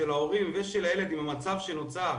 של ההורים ושל הילד עם המצב שנוצר,